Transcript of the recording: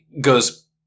goes